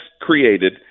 created